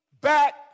back